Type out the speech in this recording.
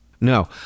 No